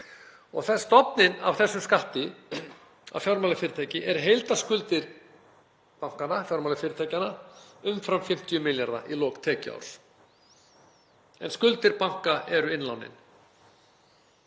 og stofninn af þessum skatti á fjármálafyrirtæki er heildarskuldir bankanna, fjármálafyrirtækjanna, umfram 50 milljarða í lok tekjuárs en skuldir banka eru innlánin.